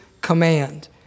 command